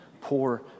poor